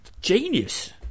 genius